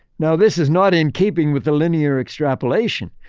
now, this is not in keeping with the linear extrapolation.